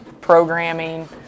programming